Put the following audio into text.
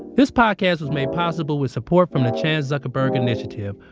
this podcast was made possible with support from the chan zuckerberg initiative,